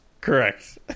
Correct